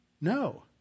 No